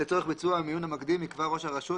לצורך ביצוע המיון המקדים יקבע ראש הרשות,